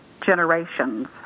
generations